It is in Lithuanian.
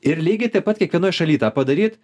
ir lygiai taip pat kiekvienoj šaly tą padaryt